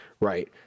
Right